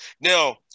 Now